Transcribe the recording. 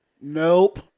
Nope